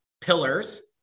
pillars